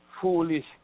foolish